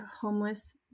Homeless